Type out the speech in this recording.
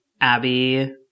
Abby